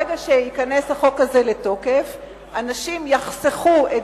ברגע שייכנס החוק הזה לתוקף אנשים יחסכו את